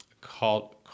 called